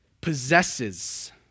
possesses